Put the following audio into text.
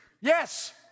Yes